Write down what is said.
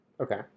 Okay